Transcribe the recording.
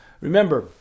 Remember